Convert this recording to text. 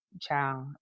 child